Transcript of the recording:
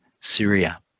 Syria